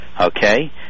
Okay